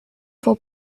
for